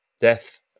death